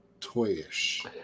toyish